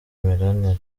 melania